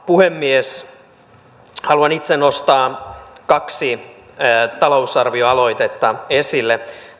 puhemies haluan itse nostaa kaksi talousarvioaloitetta esille